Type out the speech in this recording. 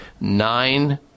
nine